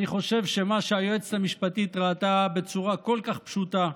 אני חושב שמה שהיועצת המשפטית ראתה בצורה כל כך פשוטה,